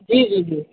जी जी जी